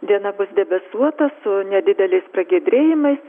diena bus debesuota su nedideliais pragiedrėjimais